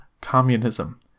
communism